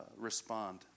respond